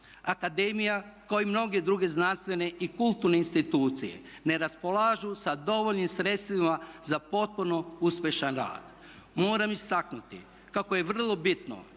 Akademija kao i mnoge druge znanstvene i kulturne institucije ne raspolažu sa dovoljnim sredstvima za potpuno uspješan rad. Moram istaknuti kako je vrlo bitno